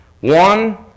One